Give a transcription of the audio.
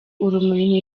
urumuri